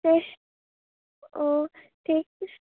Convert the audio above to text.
ओ ठीक